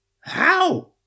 How